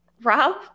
Rob